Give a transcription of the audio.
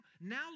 now